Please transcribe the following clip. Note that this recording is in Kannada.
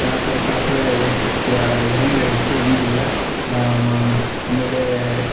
ಯಾವ್ತರ ಶಾಸ್ತ್ರ ಹೆಂಗೆ ಹೇಳಬೇಕು ಹೆಂಗಿಲ್ಲ ಆಮೇಲೆ